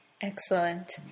Excellent